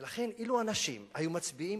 ולכן, אילו אנשים היו מצביעים